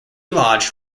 lodged